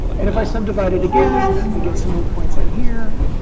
and if i subdivide it again, i get some more points in here.